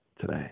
today